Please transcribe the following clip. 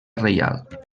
reial